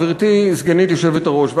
גברתי סגנית היושב-ראש,